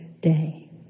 day